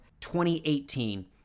2018